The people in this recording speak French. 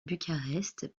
bucarest